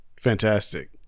fantastic